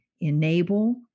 Enable